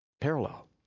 Parallel